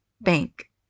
Bank